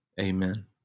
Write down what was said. amen